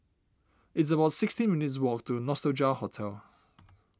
it's about sixteen minutes' walk to Nostalgia Hotel